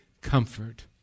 comfort